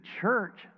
church